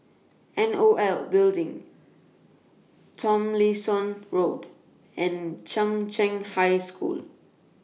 N O L Building Tomlinson Road and Chung Cheng High School